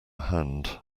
hand